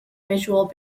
visual